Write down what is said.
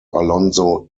alonzo